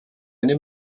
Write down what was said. eine